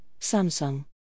Samsung